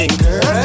girl